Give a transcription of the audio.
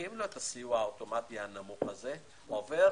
מפסיקים לו את הסיוע האוטומטי הנמוך הזה, ועובר